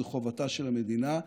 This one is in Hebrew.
זו חובתה של המדינה.